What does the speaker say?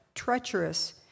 treacherous